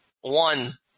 one